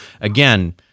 again